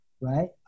right